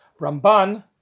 Ramban